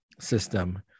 system